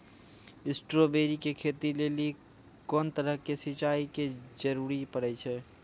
Strawberry के खेती लेली कोंन तरह के सिंचाई के जरूरी पड़े छै?